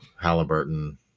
Halliburton